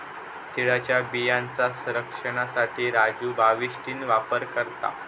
तिळाच्या बियांचा रक्षनासाठी राजू बाविस्टीन वापर करता